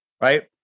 right